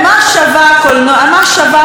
אם אנחנו לא יכולים לשלוט בה?